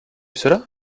cela